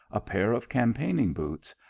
a pair of campaigning boots,